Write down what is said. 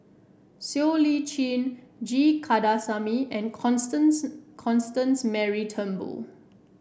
Siow Lee Chin G Kandasamy and Constance Constance Mary Turnbull